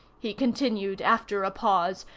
he continued, after a pause,